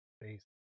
base